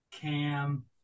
Cam